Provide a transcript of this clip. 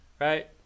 right